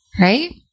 right